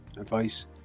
advice